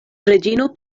reĝino